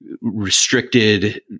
restricted